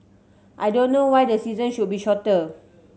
I don't know why the season should be shorter